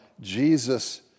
Jesus